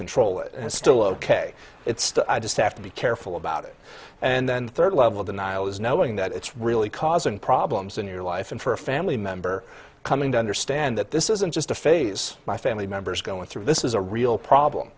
control it and still ok it's to i just have to be careful about it and then the third level of denial is knowing that it's really causing problems in your life and for a family member coming to understand that this isn't just a phase my family members going through this is a real problem